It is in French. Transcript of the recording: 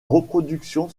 reproduction